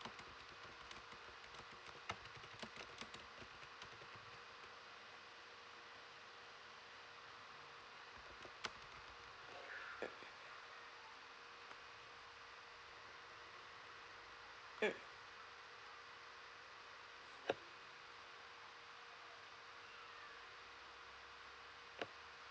mm mm